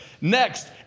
Next